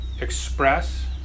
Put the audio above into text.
express